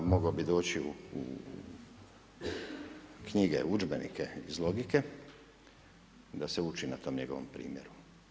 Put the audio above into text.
Mogao bi doći u knjige, udžbenike iz logike da se uči na tom njegovom primjeru.